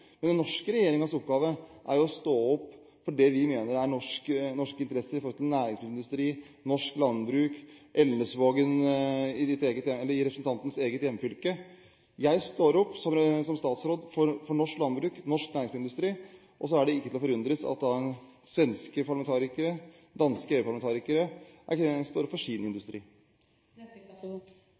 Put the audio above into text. Men den norske regjeringens oppgave er å stå opp for det vi mener er norske interesser når det gjelder næringsmiddelindustri, norsk landbruk – og Elnesvågen, i representantens eget hjemfylke. Jeg står opp som statsråd for norsk landbruk og norsk næringsmiddelindustri, og så er det ikke til å forundre seg over at svenske og danske EU-parlamentarikere står opp for